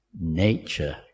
nature